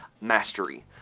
mastery